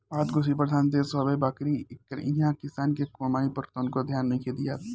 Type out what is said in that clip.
भारत कृषि प्रधान देश हवे बाकिर इहा किसान के कमाई पर तनको ध्यान नइखे दियात